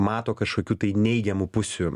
mato kažkokių tai neigiamų pusių